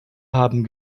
haben